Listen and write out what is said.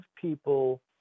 people